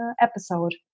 episode